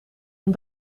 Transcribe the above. een